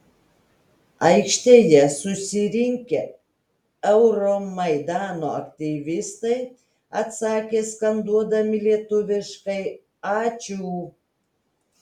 aikštėje susirinkę euromaidano aktyvistai atsakė skanduodami lietuviškai ačiū